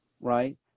right